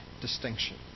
distinction